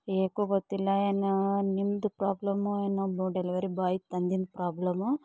ಏಕೋ ಗೊತ್ತಿಲ್ಲ ಏನೋ ನಿಮ್ಮದು ಪ್ರಾಬ್ಲಮು ಏನು ಡೆಲಿವರಿ ಬಾಯ್ ತಂದಿದ್ದು ಪ್ರಾಬ್ಲಮು